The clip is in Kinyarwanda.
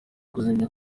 kuzimya